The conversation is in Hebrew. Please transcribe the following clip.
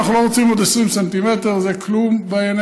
אנחנו לא רוצים עוד 20 סנטימטר, זה כלום בעינינו,